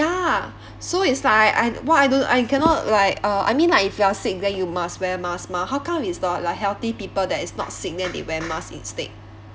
ya so it's like I what I don't I cannot like uh I mean like if you are sick then you must wear mask mah how come is got like healthy people that is not sick then they wear masks instead